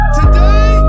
today